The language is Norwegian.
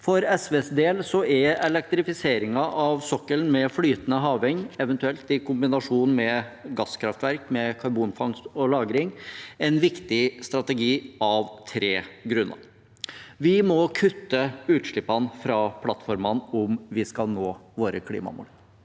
For SVs del er elektrifiseringen av sokkelen med flytende havvind, eventuelt i kombinasjon med gasskraftverk med karbonfangst og -lagring, en viktig strategi av tre grunner. Vi må kutte utslippene fra plattformene om vi skal nå våre klimamål.